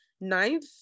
ninth